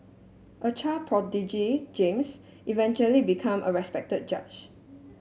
a child prodigy James eventually become a respected judge